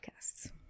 podcasts